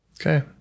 Okay